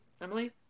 Emily